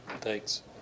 Thanks